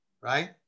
right